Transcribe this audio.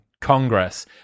Congress